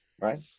right